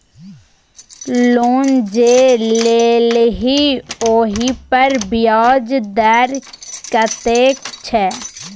loan जे लेलही ओहिपर ब्याज दर कतेक छौ